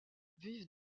vivent